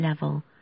level